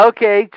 Okay